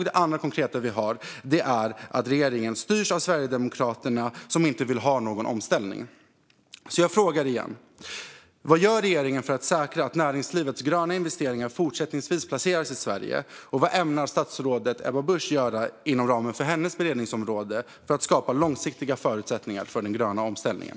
Det andra konkreta vi har är att regeringen styrs av Sverigedemokraterna, som inte vill ha någon omställning. Jag frågar igen: Vad gör regeringen för att säkra att näringslivets gröna investeringar fortsättningsvis placeras i Sverige, och vad ämnar statsrådet Ebba Busch göra inom ramen för sitt beredningsområde för att skapa långsiktiga förutsättningar för den gröna omställningen?